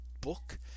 book